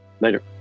later